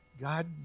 God